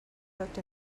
cooked